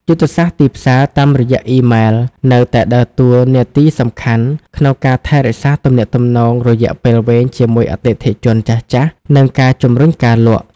យុទ្ធសាស្ត្រទីផ្សារតាមរយៈអ៊ីមែល នៅតែដើរតួនាទីសំខាន់ក្នុងការថែរក្សាទំនាក់ទំនងរយៈពេលវែងជាមួយអតិថិជនចាស់ៗ និងការជំរុញការលក់។